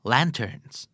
Lanterns